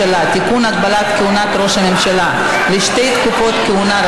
הנושא הוא כמעט בלתי נסבל וצריך לפגוש דברים מאוד מאוד